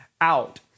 out